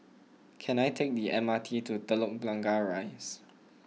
can I take the M R T to Telok Blangah Rise